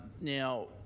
Now